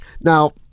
Now